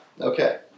Okay